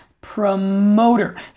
promoter